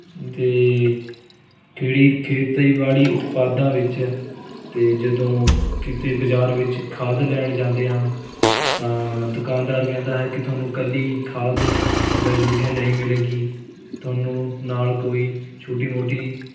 ਅਤੇ ਕਿਹੜੀ ਖੇਤੀਬਾੜੀ ਉਤਪਾਦਾਂ ਵਿੱਚ ਅਤੇ ਜਦੋਂ ਕਿਤੇ ਬਜ਼ਾਰ ਵਿੱਚ ਖਾਦ ਲੈਣ ਜਾਂਦੇ ਹਾਂ ਤਾਂ ਦੁਕਾਨਦਾਰ ਕਹਿੰਦਾ ਹੈ ਕਿ ਤੁਹਾਨੂੰ ਇਕੱਲੀ ਖਾਦ ਜਾਂ ਯੂਰੀਆ ਨਹੀਂ ਮਿਲੇਗੀ ਤੁਹਾਨੂੰ ਨਾਲ ਕੋਈ ਛੋਟੀ ਮੋਟੀ